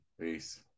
Peace